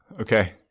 okay